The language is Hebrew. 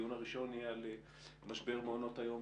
היום נדון במשבר המעונות,